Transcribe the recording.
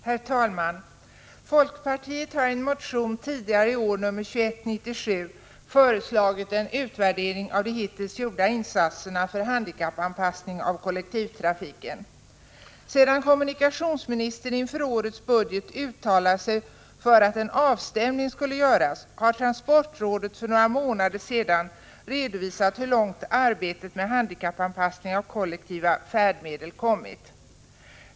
Herr talman! Folkpartiet har i en motion tidigare i år, 1984/85:2197, föreslagit en utvärdering av de hittills gjorda insatserna för handikappanpassning av kollektivtrafiken. Sedan kommunikationsministern inför årets budget uttalat sig för att en avstämning skall göras, har transportrådet för några månader sedan redovisat hur långt arbetet med handikappanpassning av kollektiva färdmedel fortskridit.